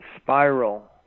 spiral